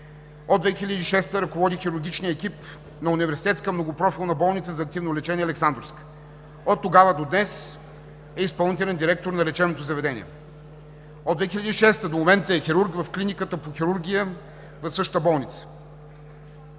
От 2006 г. ръководи хирургичния екип на Университетска многопрофилна болница за активно лечение „Александровска“. От тогава до днес е изпълнителен директор на лечебното заведение. От 2006 г. до момента е хирург в Клиниката по хирургия в същата болница.